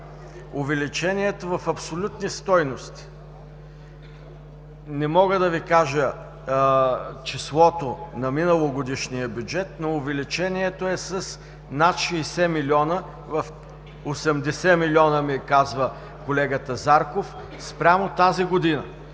увеличението в абсолютни стойности. Не мога да Ви кажа числото на миналогодишния бюджет, но увеличението е с над 60 милиона – 80 милиона, ми казва колегата Зарков, спрямо тази година.